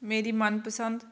ਮੇਰੀ ਮਨਪਸੰਦ